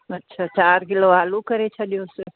अछा चार किलो आलू करे छॾियोसि